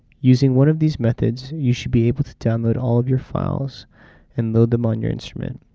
using one of these methods you should be able to download all of your files and load them on your instrument.